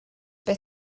beth